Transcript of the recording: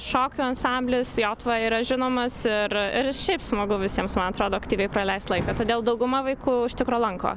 šokių ansamblis jotva yra žinomas ir ir šiaip smagu visiems man atrodo aktyviai praleist laiką todėl dauguma vaikų iš tikro lanko